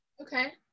Okay